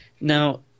Now